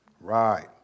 Right